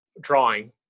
drawing